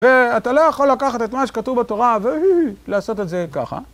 ואתה לא יכול לקחת את מה שכתוב בתורה ו... לעשות את זה ככה.